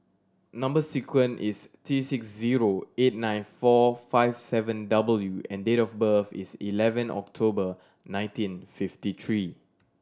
number sequence is T six zero eight nine four five seven W and date of birth is eleven October nineteen fifty three